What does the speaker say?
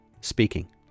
speaking